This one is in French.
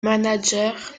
manager